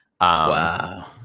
wow